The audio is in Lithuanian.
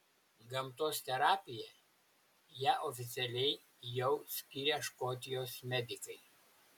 gamtos terapija ją oficialiai jau skiria škotijos medikai